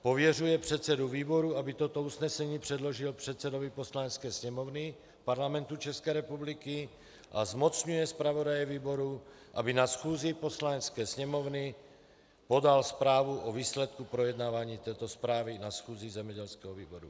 Pověřuje předsedu výboru, aby toto usnesení předložil předsedovi Poslanecké sněmovny Parlamentu ČR, a zmocňuje zpravodaje výboru, aby na schůzi Poslanecké sněmovny podal zprávu o výsledku projednávání této zprávy na schůzi zemědělského výboru.